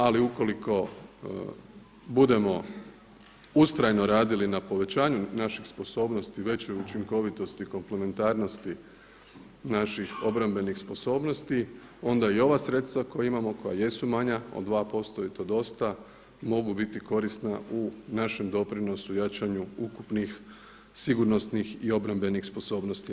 Ali ukoliko budemo ustrajno radili na povećanju naših sposobnosti, većoj učinkovitosti i komplementarnosti naših obrambenih sposobnosti onda i ova sredstva koja imamo, koja jesu manja od 2% i to dosta mogu biti korisna u našem doprinosu, jačanju ukupnih, sigurnosnih i obrambenih sposobnosti EU.